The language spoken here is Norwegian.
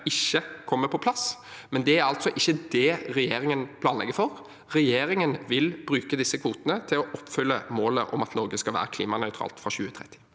ikke kommer på plass. Men det er ikke det regjeringen planlegger for. Regjeringen vil bruke disse kvotene til å oppfylle målet om at Norge skal være klimanøytralt fra 2030.